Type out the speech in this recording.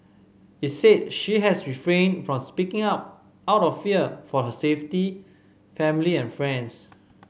it said she has refrained from speaking up out of fear for her safety family and friends